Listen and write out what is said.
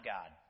God